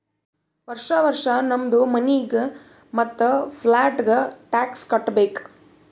ವರ್ಷಾ ವರ್ಷಾ ನಮ್ದು ಮನಿಗ್ ಮತ್ತ ಪ್ಲಾಟ್ಗ ಟ್ಯಾಕ್ಸ್ ಕಟ್ಟಬೇಕ್